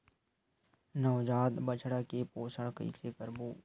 नवजात बछड़ा के पोषण कइसे करबो?